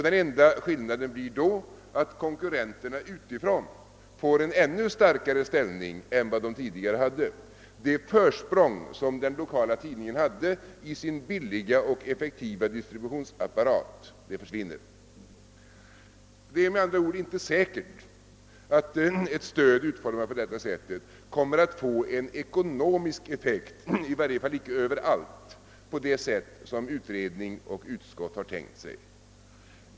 Den enda skillnaden blir då att konkurrenterna utifrån får en ännu starkare ställning än de hade förut. Det försprång som den lokala tidningen hade genom sin billiga och effektiva distributionsapparat försvinner. Det är med andra ord inte säkert att ett stöd utformat på föreslaget sätt kommer att få en ekonomisk effekt. I varje fall lär det inte överallt kunna bli på det sätt utskottet och utredningen har tänkt.